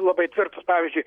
labai tvirtos pavyzdžiui